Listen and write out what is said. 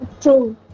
True